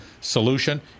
solution